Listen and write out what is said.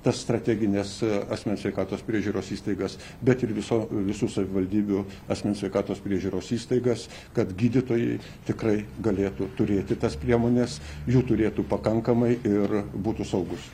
tas strategines asmens sveikatos priežiūros įstaigas bet ir viso visų savivaldybių asmens sveikatos priežiūros įstaigas kad gydytojai tikrai galėtų turėti tas priemones jų turėtų pakankamai ir būtų saugūs